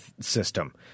system